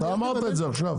אתה אמרת את זה עכשיו.